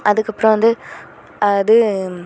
அதுக்கு அப்புறம் வந்து இது